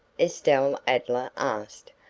estelle adler asked.